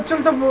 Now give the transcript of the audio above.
of the